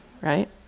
right